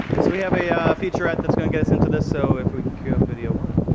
we have a featurette that's going to get us into this. so if we can cue up video one.